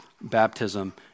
baptism